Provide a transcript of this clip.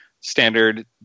standard